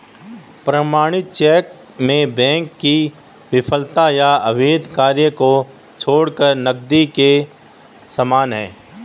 प्रमाणित चेक में बैंक की विफलता या अवैध कार्य को छोड़कर नकदी के समान है